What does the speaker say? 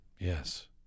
Yes